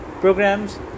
programs